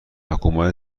حکومت